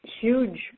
huge